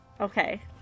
Okay